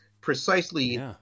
precisely